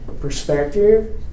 perspective